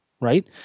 right